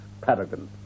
paragon